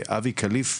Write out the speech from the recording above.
אבי כליף,